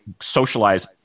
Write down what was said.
socialize